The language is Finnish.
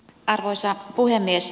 arvoisa puhemies